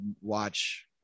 watch